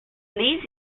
these